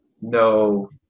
no